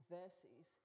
verses